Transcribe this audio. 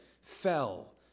fell